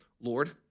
Lord